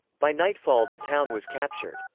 by nightfall the town was captured.